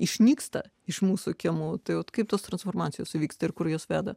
išnyksta iš mūsų kiemų tai kaip tos transformacijos vyksta ir kur jus veda